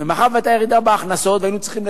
ומאחר שהיתה ירידה בהכנסות והיינו צריכים לצמצם,